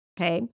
Okay